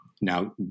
Now